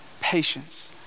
patience